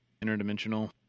interdimensional